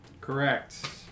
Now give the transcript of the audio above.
Correct